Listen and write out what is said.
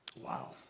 Wow